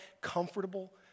comfortable